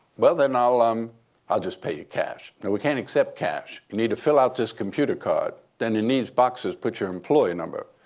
well, then i'll um i'll just pay you cash. we can't accept cash. you need to fill out this computer card. then in these boxes, put your employee number.